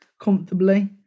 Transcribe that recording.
comfortably